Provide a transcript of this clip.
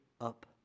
up